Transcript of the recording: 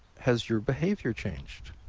has your behavior changed?